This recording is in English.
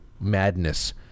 madness